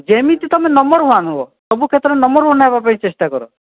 ଯେମିତି ତୁମେ number one ହେବ ସବୁ କ୍ଷେତ୍ରରେ ନମ୍ବର ୱାନ୍ ହେବା ପାଇଁ ଚେଷ୍ଟା କର